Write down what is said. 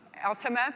Elsima